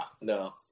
no